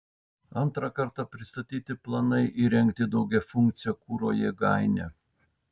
antrą kartą pristatyti planai įrengti daugiafunkcę kuro jėgainę